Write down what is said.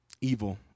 evil